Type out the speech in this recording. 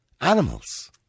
Animals